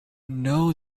know